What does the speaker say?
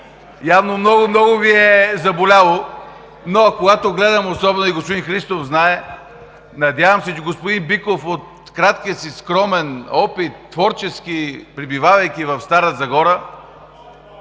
Явно много, много Ви е заболяло. Но когато гледам особено и господин Христов знае, надявам се, че и господин Биков от краткия си скромен, творчески опит, пребивавайки в Стара Загора